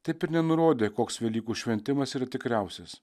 taip ir nenurodė koks velykų šventimas yra tikriausias